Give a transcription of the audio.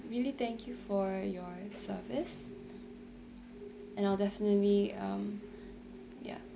really thank you for your service and I'll definitely um ya